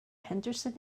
henderson